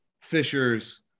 fishers